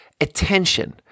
attention